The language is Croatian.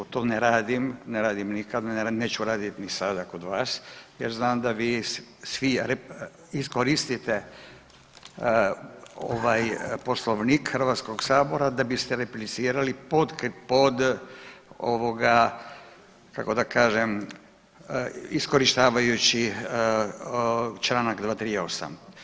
To ne radim, ne radim nikad, neću radit ni sada kod vas jer znam da vi svi iskoristite ovaj Poslovnik Hrvatskog sabora da biste replicirali pod ovoga kako da kažem iskorištavajući Članak 238.